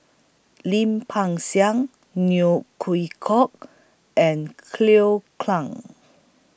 Lim Peng Siang Neo Chwee Kok and Cleo